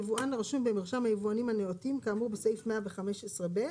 יבואן הרשום במרשם היבואנים הנאותים כאמור בסעיף 115 ב'